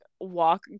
walk